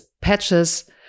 patches